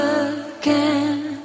again